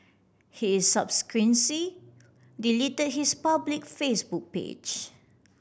he delete his public Facebook page